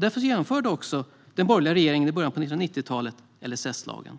Därför införde den borgerliga regeringen i början på 1990-talet LSS-lagen.